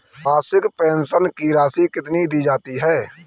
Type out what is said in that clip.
मासिक पेंशन की राशि कितनी दी जाती है?